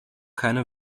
keine